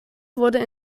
wurde